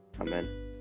Amen